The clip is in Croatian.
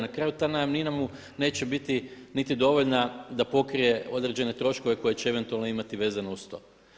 Na kraju ta najamnina mu neće biti niti dovoljna da pokrije određene troškove koje će eventualno imati vezano uz to.